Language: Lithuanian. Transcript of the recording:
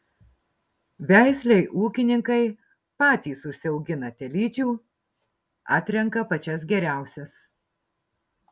veislei ūkininkai patys užsiaugina telyčių atrenka pačias geriausias